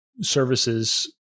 services